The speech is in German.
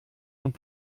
und